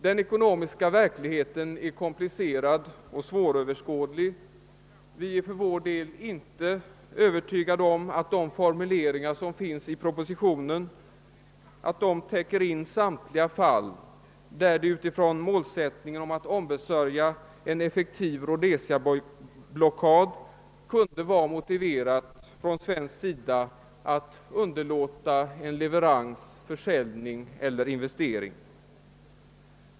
Den ekonomiska verkligheten är komplicerad och svåröverskådlig. Vi är för vår del inte övertygade om att propositionens formuleringar täcker in samtliga fall där det utifrån målsättningen att ombesörja en effektiv Rhodesiablockad kunde vara motiverat från svensk sida att underlåta en leverans, en försäljning eller en investering.